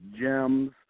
gems